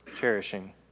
cherishing